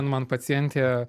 man pacientė